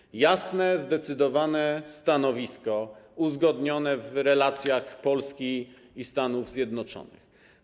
Chodzi o jasne, zdecydowane stanowisko uzgodnione w relacjach Polski i Stanów Zjednoczonych.